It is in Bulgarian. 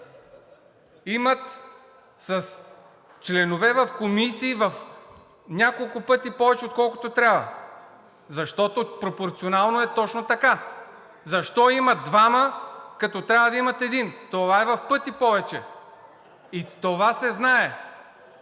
имат членове в комисии няколко пъти повече, отколкото трябва, защото пропорционално е точно така. Защо имат двама, като трябва да имат един? Това е в пъти повече! Това се знае